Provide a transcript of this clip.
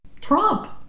Trump